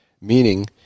meaning